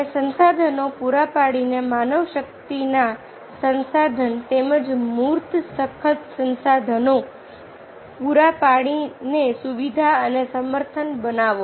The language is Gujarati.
અને સંસાધનો પૂરા પાડીને માનવશક્તિના સંસાધન તેમજ મૂર્ત સખત સંસાધનો પૂરા પાડીને સુવિધા અને સમર્થન બનાવો